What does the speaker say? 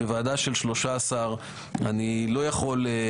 בוועדה של 13 אני לא יכול,